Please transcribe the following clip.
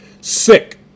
sick